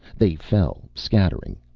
they fell, scattering.